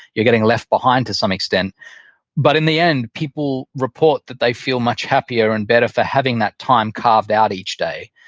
you're getting left behind to some extent but in the end, people report that they feel much happier and better for having that time carved out each day.